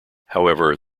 however